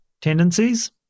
tendencies